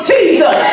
Jesus